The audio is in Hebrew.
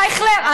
אייכלר,